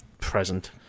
present